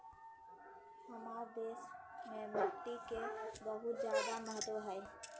हमार देश में मिट्टी के बहुत जायदा महत्व हइ